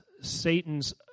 Satan's